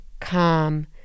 calm